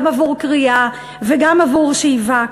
גם עבור כרייה וגם עבור שאיבה,